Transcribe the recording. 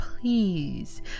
please